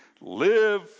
live